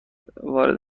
وارد